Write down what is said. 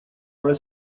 are